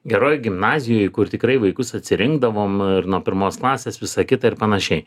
geroj gimnazijoj kur tikrai vaikus atsirinkdavom ir nuo pirmos klasės visą kitą ir panašiai